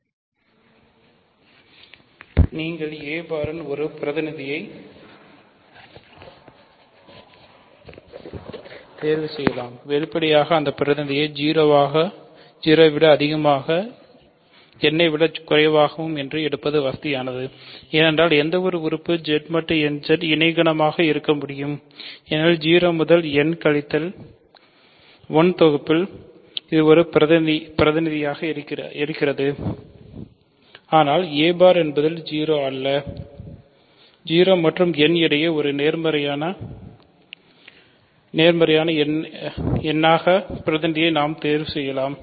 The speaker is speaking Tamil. நீங்கள் a பார் யில் ஒரு பிரதிநிதியைத் தேர்வு செய்யலாம் வெளிப்படையாக அந்த பிரதிநிதியை 0 ஐ விட அதிகமாகவும் n ஐ விட குறைவாகவும் என்று எடுப்பது வசதியானது ஏனென்றால் எந்தவொரு உறுப்பு Z மட்டு nZ இணைகணம் ஆக இருக்க முடியும் ஏனெனில் 0 முதல் n கழித்தல் 1 தொகுப்பில் ஒரு பிரதிநிதி இருக்கிறார் ஆனால் a பார் என்பதால் 0 அல்ல 0 மற்றும் n இடையே ஒரு நேர்மறையான எண்ணாக பிரதிநிதியை நாம் தேர்வு செய்யலாம்